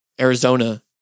Arizona